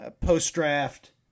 post-draft